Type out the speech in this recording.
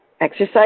Exercise